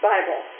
Bible